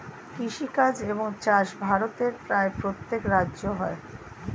কৃষিকাজ এবং চাষ ভারতের প্রায় প্রত্যেক রাজ্যে হয়